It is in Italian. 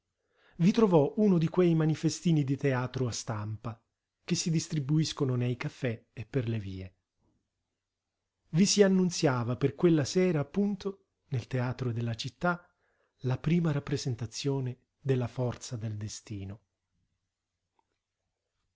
i trovò uno di quei manifestini di teatro a stampa che si distribuiscono nei caffè e per le vie i si annunziava per quella sera appunto nel teatro della città la prima rappresentazione della forza del destino